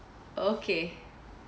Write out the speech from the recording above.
okay